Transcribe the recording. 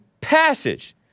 passage